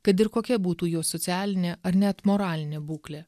kad ir kokia būtų jo socialinė ar net moralinė būklė